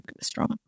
strong